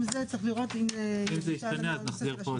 זה צריך לראות --- אם זה ישתנה אז נחזיר פה,